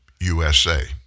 USA